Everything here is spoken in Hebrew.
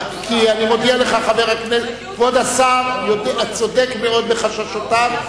אני מודיע לך שכבוד השר צודק מאוד בחששותיו,